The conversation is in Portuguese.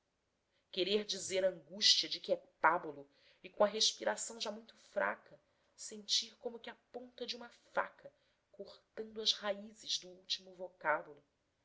querer dizer a angústia de que é pábulo e com a respiração já muito fraca sentir como que a ponta de uma faca cortanto as raízes do último